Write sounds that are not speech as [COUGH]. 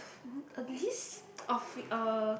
[NOISE] a list of uh